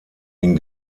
den